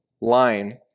line